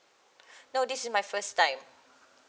no this is my first time